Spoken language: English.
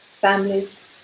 families